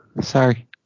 Sorry